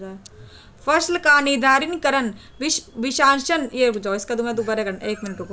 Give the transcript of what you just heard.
फसल का निर्धारण विपणन क्षमता और लाभप्रदता के आधार पर किया जाता है